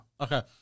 Okay